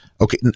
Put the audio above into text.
Okay